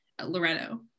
loretto